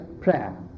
prayer